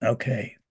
Okay